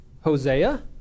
Hosea